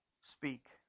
speak